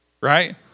Right